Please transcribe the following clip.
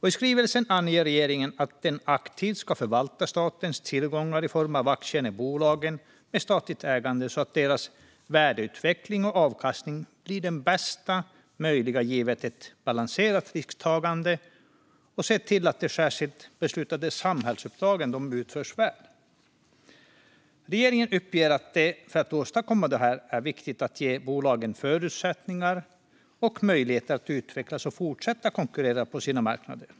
I skrivelsen anger regeringen att den aktivt ska förvalta statens tillgångar i form av aktierna i bolagen med statligt ägande så att deras värdeutveckling och avkastning blir den bästa möjliga, givet ett balanserat risktagande, och se till att de särskilt beslutade samhällsuppdragen utförs väl. Regeringen uppger att det för att åstadkomma detta är viktigt att ge bolagen förutsättningar och möjligheter att utvecklas och fortsätta konkurrera på sina marknader.